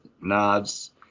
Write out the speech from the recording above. nods